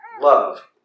love